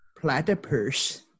Platypus